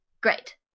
great